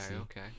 okay